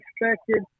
expected